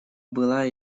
была